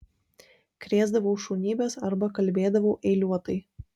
krėsdavau šunybes arba kalbėdavau eiliuotai